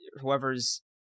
whoever's